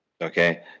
okay